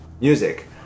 music